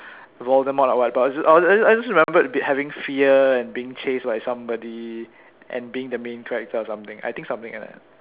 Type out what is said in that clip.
Voldermort lah but I just I just remembered having fear and being chased by somebody and being the main character or something I think something like that